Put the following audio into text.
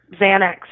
Xanax